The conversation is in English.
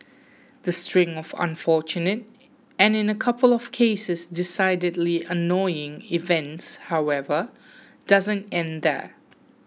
the string of unfortunate and in a couple of cases decidedly annoying events however doesn't end there